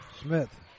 Smith